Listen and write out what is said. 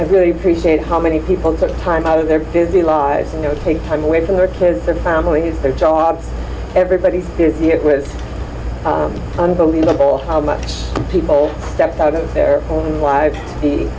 i really appreciate how many people start time out of their busy lives you know take time away from their kids their families their jobs everybody it was unbelievable how much people stepped out of their own lives be